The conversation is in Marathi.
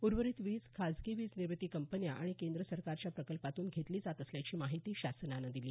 उर्वरित वीज खाजगी वीज निर्मिती कंपन्या आणि केंद्र सरकारच्या प्रकल्पातून घेतली जात असल्याची माहिती शासनानं दिली